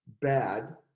bad